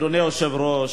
אדוני היושב-ראש,